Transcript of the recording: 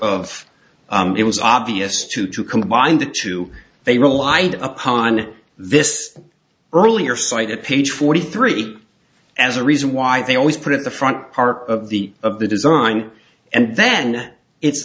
of it was obvious to two combined the two they relied upon this earlier cited page forty three as a reason why they always put at the front part of the of the design and then it's